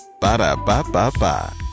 Ba-da-ba-ba-ba